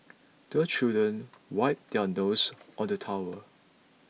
the children wipe their noses on the towel